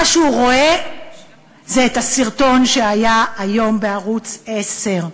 מה שהוא רואה זה את הסרטון שהיה היום בערוץ 10,